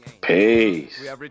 peace